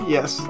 Yes